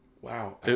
Wow